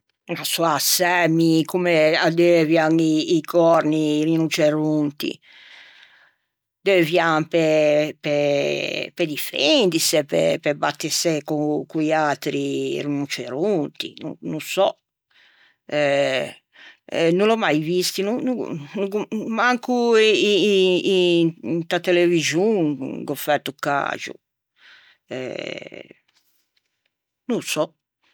Sò assæ mi comme addeuvian i còrni i rinoceronti. Deuvian pe pe pe difendise e pe pe battise con co-i atri rinoceronti, no sò euh no l'ò mai visti, manco in in in inta televixon gh'ò fæto caxo, eh no sò.